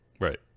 Right